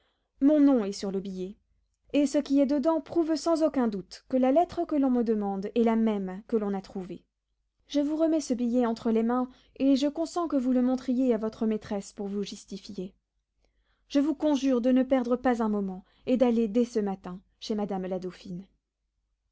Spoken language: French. mon nom est sur le billet et ce qui est dedans prouve sans aucun doute que la lettre que l'on me redemande est la même que l'on a trouvée je vous remets ce billet entre les mains et je consens que vous le montriez à votre maîtresse pour vous justifier je vous conjure de ne perdre pas un moment et d'aller dès ce matin chez madame la dauphine